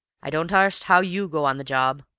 i don't arst how you go on the job.